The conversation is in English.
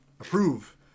approve